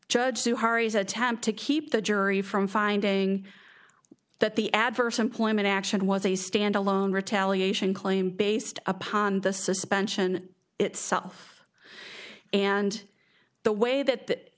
hari's attempt to keep the jury from finding that the adverse employment action was a standalone retaliation claim based upon the suspension itself and the way that